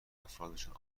افرادشان